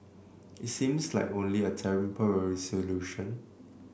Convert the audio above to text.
it seems like only a temporary solution